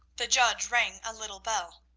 the judge rang a little bell,